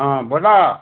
हा बोला